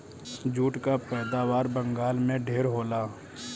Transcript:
jute कअ पैदावार बंगाल में ढेर होला